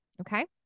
Okay